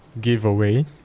giveaway